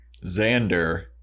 Xander